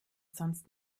sonst